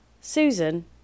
Susan